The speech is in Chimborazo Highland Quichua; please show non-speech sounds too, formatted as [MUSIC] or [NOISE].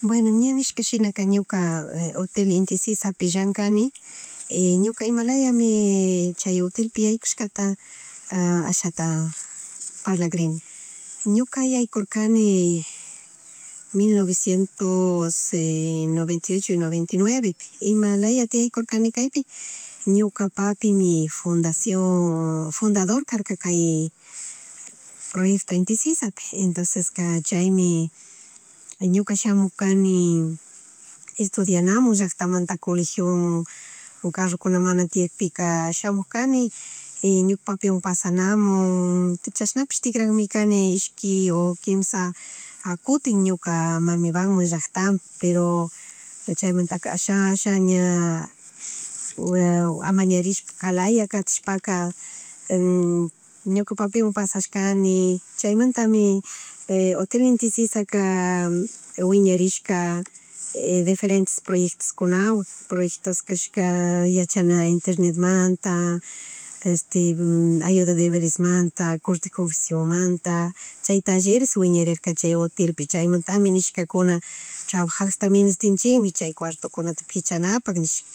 Bueno ña nishka shinaka ñuka Hotel Inti Sisapi llankani ñuka imalayami chay Hotelpi yawkushkata [NOISE] ashata parlagrini, ñuka yawkurkani mil novecientos [HESITATION] noventa y ocho noventa y nueve pi imalayatik yarkurkani kaypi [NOISE] ñuka papimi fundaciòn [HESITATION] fundador karka, kay [NOISE] proyecto inti sisapi, entonceska chaymi ñuka shamurkani estudianamun llacktamata colegiowan [NOISE] carrokuna mana tiyackpika shamurkani ñuka papiwan pasanamun chashnapish tigrakmi kani ishcki o quimsha kutin ñuka mamibaman, llacktama, pero asha asha ña [NOISE] amañarishkalaya katishpaka, [HESITATION] ñuka papiwan pashashkani chaymabtami hotel inti sisaka, [HESITATION] wiñarishka [NOISE] diferentes poryectoskunawan, poryectos kashka [NOISE] yachana internemanta, este ayuda deberesmanta, cortes confección manta, chay talleres wiñarirka chay hotelpi chaymantami nishkakuna, trabajagsta ministinchikmi chay cuartokunata pichanapak nishka,